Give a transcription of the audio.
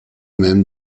même